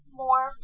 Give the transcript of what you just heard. more